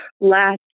last